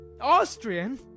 Austrian